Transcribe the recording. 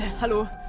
hello